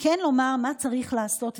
כן לומר מה צריך לעשות.